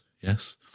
yes